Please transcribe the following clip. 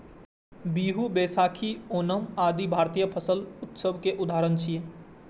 बीहू, बैशाखी, ओणम आदि भारतीय फसल उत्सव के उदाहरण छियै